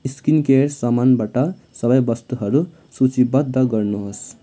skin care सामानबाट सबै वस्तुहरू सूचीबद्ध गर्नुहोस्